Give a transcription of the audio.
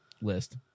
list